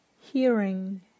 hearing